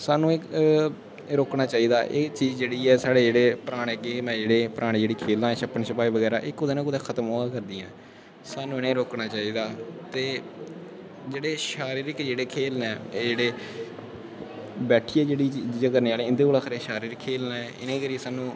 साह्नू रोकना चाही दा साढ़ी एह् चीज़ जेह्ड़ी ऐ पराने गेम ऐ जेह्ड़े खेल शप्पन शपाही एह् कुदै ना कुदै खत्म होआ करदियां नै साह्नू इनें रोकना चाही दा ते जेह्ड़े शारिरिक जेह्ड़े खेल नै जेह्ड़े बैठियै जेह्कियां चीजां करने आह्लियां इंदे कोला शारिरिक खेलां ऐं इनें करियै साह्नू